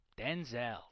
Denzel